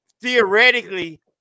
theoretically